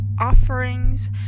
offerings